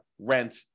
rent